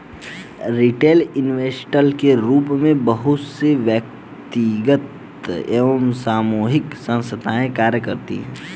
retail investor के रूप में बहुत सी वैयक्तिक एवं सामूहिक संस्थाएं कार्य करती हैं